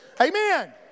Amen